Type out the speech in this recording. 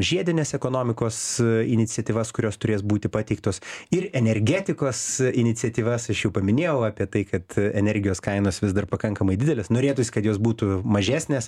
žiedinės ekonomikos iniciatyvas kurios turės būti pateiktos ir energetikos iniciatyvas aš jau paminėjau apie tai kad energijos kainos vis dar pakankamai didelės norėtųsi kad jos būtų mažesnės